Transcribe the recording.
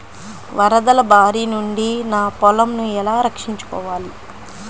వరదల భారి నుండి నా పొలంను ఎలా రక్షించుకోవాలి?